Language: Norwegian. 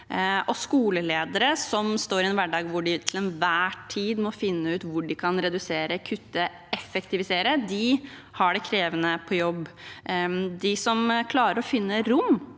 Skoleledere som står i en hverdag hvor de til enhver tid må finne ut hvor de kan redusere, kutte og effektivisere, har det krevende på jobb. De som klarer å finne rom